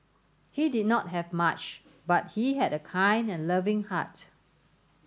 he did not have much but he had a kind and loving heart